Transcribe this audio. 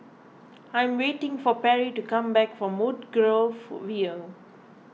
I am waiting for Perry to come back from Woodgrove View